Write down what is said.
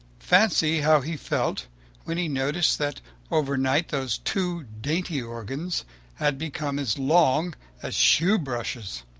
fancy how he felt when he noticed that overnight those two dainty organs had become as long as shoe brushes!